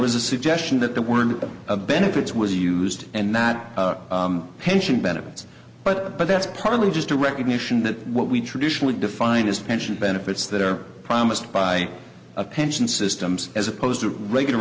was a suggestion that the word of a benefits was used and that pension benefits but but that's probably just a recognition that what we traditionally defined as pension benefits that are promised by a pension systems as opposed to regular